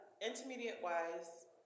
intermediate-wise